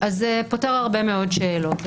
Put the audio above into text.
זה פותר הרבה מאוד שאלות.